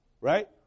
right